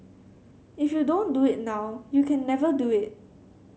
if you don't do it now you can never do it